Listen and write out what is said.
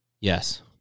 Yes